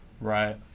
Right